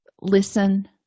Listen